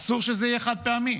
אסור שזה יהיה חד-פעמי.